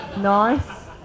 nice